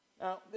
Now